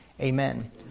Amen